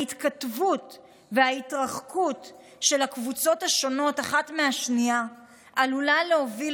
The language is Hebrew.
ההתקטבות וההתרחקות של הקבוצות השונות אחת מהשנייה עלולה להוביל,